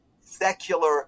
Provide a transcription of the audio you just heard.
secular